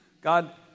God